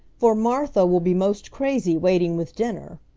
for martha will be most crazy waiting with dinner.